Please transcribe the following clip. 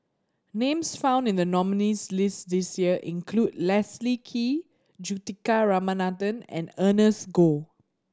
names found in the nominees' list this year include Leslie Kee Juthika Ramanathan and Ernest Goh